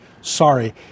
sorry